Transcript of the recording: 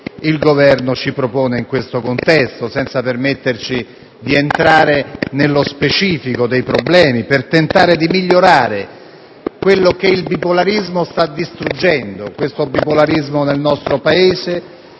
il Governo ci propone in questo contesto, senza permetterci di entrare nello specifico dei problemi per tentare di migliorare quello che questo bipolarismo sta distruggendo: un bipolarismo che nel nostro Paese